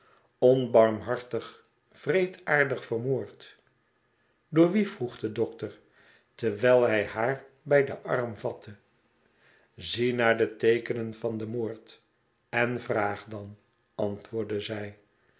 onbarmhartig wreedaardig vermoord door wien vroeg de dokter terwijl hij haar bij den arm vatte zie naar de teekenen van den moord en vraag dan antwoordde zij